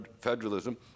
federalism